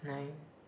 nine